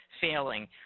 failing